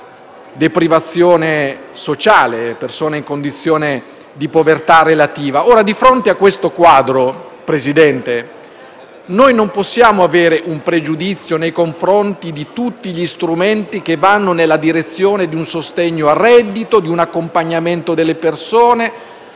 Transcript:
deprivazione sociale, persone in condizione di povertà relativa. Di fronte a questo quadro, Presidente, noi non possiamo avere un pregiudizio nei confronti di tutti gli strumenti che vanno nella direzione di un sostegno al reddito, di un accompagnamento delle persone,